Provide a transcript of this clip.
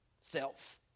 self